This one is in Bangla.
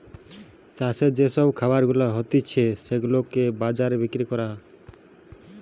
চাষের যে সব খাবার গুলা হতিছে সেগুলাকে বাজারে বিক্রি করা